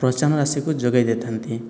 ପ୍ରୋତ୍ସାହନ ରାଶିକୁ ଯୋଗାଇ ଦେଇଥା'ନ୍ତି